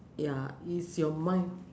ya it's your mind